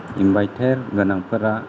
inverter गोनांफोरा